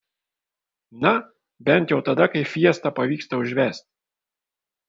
na bent jau tada kai fiesta pavyksta užvesti